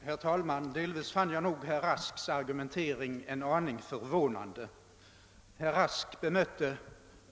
Herr talman! Jag finner herr Rasks argumentering på en del punkter en aning förvånande.